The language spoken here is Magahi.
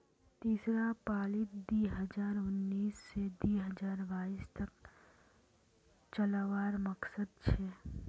तीसरा पालीत दी हजार उन्नीस से दी हजार बाईस तक चलावार मकसद छे